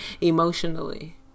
emotionally